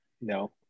No